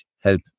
help